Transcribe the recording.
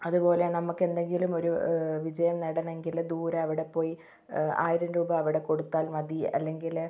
അതുപോലെ നമ്മൾക്കെന്തെങ്കിലുമൊരു വിജയം നേടണമെങ്കിൽ ദൂരെ അവിടെപ്പോയി ആയിരം രൂപ അവിടെ കൊടുത്താൽ മതി അല്ലെങ്കിൽ